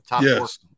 Yes